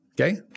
okay